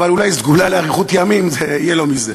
אבל אולי סגולה לאריכות ימים תהיה לו מזה.